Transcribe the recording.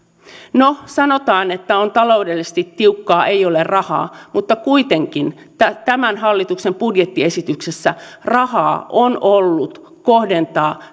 sanotaan että on taloudellisesti tiukkaa ei ole rahaa mutta kuitenkin tämän tämän hallituksen budjettiesityksessä rahaa on ollut kohdentaa